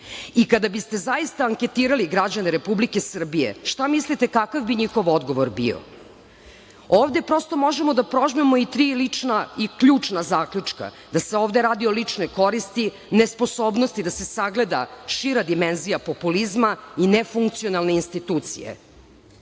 Kada bi ste zaista anketirali građane Republike Srbije, šta mislite, kakav bi njihov odgovor bio? Ovde prosto možemo da prožmemo tri lična i ključna zaključka, da se ovde radi o ličnoj koristi, nesposobnosti da se sagleda šira dimenzija populizma i nefunkcionalne institucije. Ako